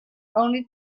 only